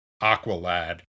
Aqualad